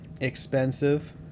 expensive